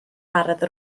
ardd